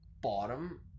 bottom